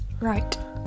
Right